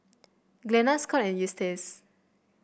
Glenna Scot and Eustace